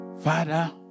Father